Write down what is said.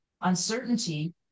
uncertainty